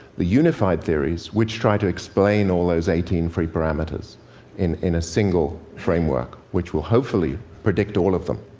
the unified theories, which try to explain all those eighteen free parameters in in a single framework, which will hopefully predict all of them.